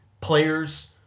players